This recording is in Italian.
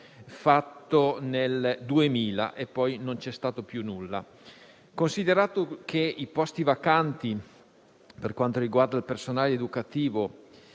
fatto nel 2000, e poi non c'è stato più nulla. Considerato che i posti vacanti, per quanto riguarda il personale educativo,